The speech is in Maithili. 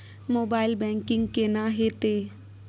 मोबाइल बैंकिंग केना हेते?